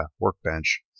workbench